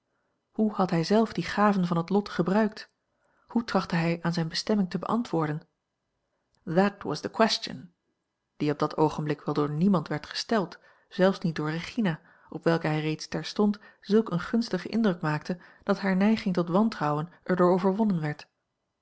hoe had hij zelf die gaven van het lot gebruikt hoe trachtte hij aan zijne bestemming te beantwoorden that was the question die op dat oogenblik wel door niemand werd gesteld zelfs niet door regina op welke hij reeds terstond zulk een gunstigen indruk maakte dat hare neiging tot wantrouwen er door overwonnen werd